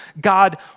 God